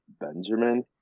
Benjamin